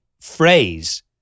phrase